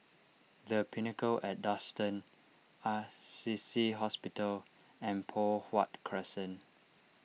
the Pinnacle at Duxton Assisi Hospital and Poh Huat Crescent